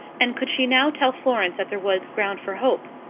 and could she now tell florence that there was ground for hope?